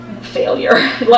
failure